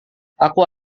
aku